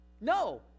No